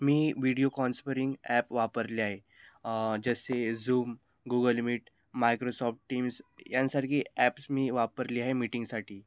मी video conferencing app वापरले आहे जसे Zoom Google Meet Microsoft Teams यांसारखी ॲप्स मी वापरली आहे मीटिंगसाठी